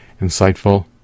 insightful